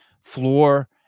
floor